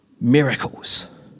miracles